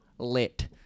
lit